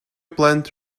plant